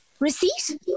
Receipt